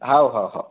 हो हो हो